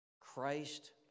Christ